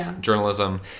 journalism